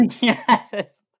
Yes